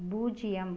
பூஜ்யம்